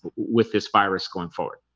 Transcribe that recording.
with this virus going forward